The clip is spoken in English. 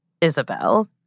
Isabel